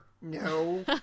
No